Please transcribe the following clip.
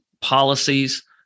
policies